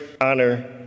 honor